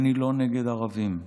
אני לא נגד ערבים,